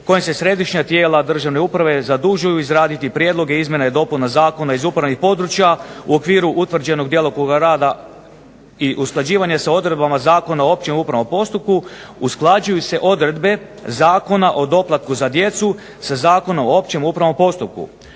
kojim se središnja tijela državne uprave zadužuju izraditi prijedloge izmjena i dopuna zakona iz upravnih područja u okviru utvrđenog djelokruga rada i usklađivanje sa odredbama Zakona o općem upravnom postupku usklađuju se odredbe Zakona o doplatku za djecu sa Zakonom o općem upravnom postupku.